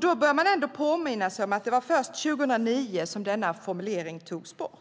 Man bör ändå påminna sig om att det var först 2009 som denna formulering togs bort.